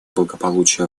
благополучие